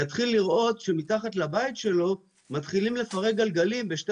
יתחיל לראות שמתחת לבית שלו מתחילים לפרק גלגלים בשתי